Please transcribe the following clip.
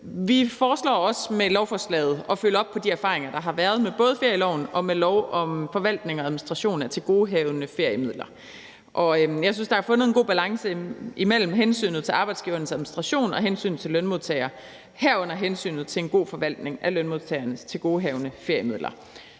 Vi foreslår også med lovforslaget at følge op på de erfaringer, der har været, med både ferieloven og med lov om forvaltning og administration af tilgodehavende feriemidler. Og jeg synes, der er fundet en god balance mellem hensynet til arbejdsgivernes administration og hensynet til lønmodtagerne, herunder hensynet til en god forvaltning af lønmodtagernes tilgodehavende feriemidler.